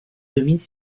dominent